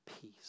peace